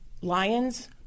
Lions